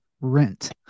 rent